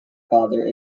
father